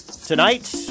Tonight